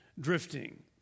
drifting